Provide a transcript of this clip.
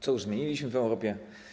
Co już zmieniliśmy w Europie?